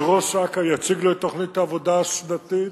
שראש אכ"א יציג לה את תוכנית העבודה השנתית,